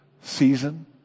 season